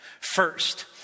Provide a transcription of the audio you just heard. First